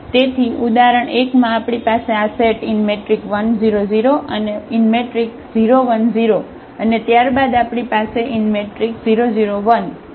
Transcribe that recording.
તેથી ઉદાહરણ 1 માં આપણી પાસે આ સેટ 1 0 0 અને 0 1 0 અને ત્યારબાદ આપણી પાસે 0 0 1 હતા